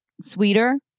sweeter